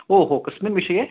ओ हो कस्मिन् विषये